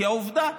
כי עובדה,